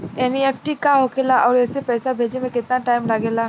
NEFT का होखे ला आउर एसे पैसा भेजे मे केतना टाइम लागेला?